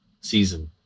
season